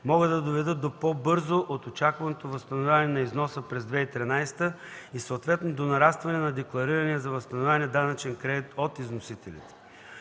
могат да доведат до по-бързо от очакваното възстановяване на износа през 2013 г. и съответно до нарастване на декларирания за възстановяване данъчен кредит от износителите.